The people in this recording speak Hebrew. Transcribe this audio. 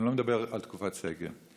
ואני לא מדבר על תקופת סגר.